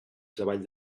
treball